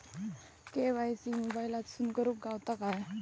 KYC मोबाईलातसून करुक गावता काय?